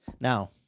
Now